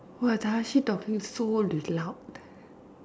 !wah! Dashi talking so loud